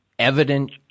Evident